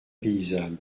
paysanne